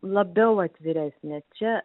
labiau atviresnė čia